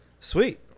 Sweet